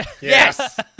Yes